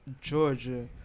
Georgia